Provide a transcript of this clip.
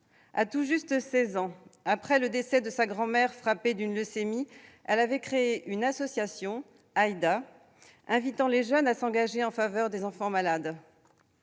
À tout juste seize ans, après le décès de sa grand-mère frappée d'une leucémie, elle avait créé l'association Aïda pour inviter les jeunes à s'engager en faveur des enfants malades.